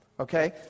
Okay